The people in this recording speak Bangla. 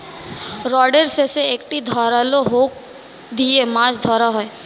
রডের শেষে একটি ধারালো হুক দিয়ে মাছ ধরা হয়